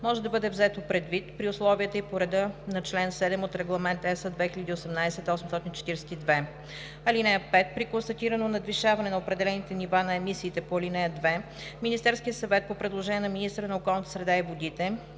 може да бъде взето предвид при условията и по реда на чл. 7 от Регламент (ЕС) 2018/842. (5) При констатирано надвишаване на определените нива на емисиите по ал. 2, Министерският съвет по предложение на министъра на околната среда и водите